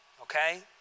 Okay